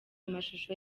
amashusho